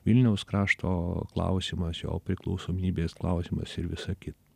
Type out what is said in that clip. vilniaus krašto klausimas jo priklausomybės klausimas ir visa kita